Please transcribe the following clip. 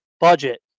budget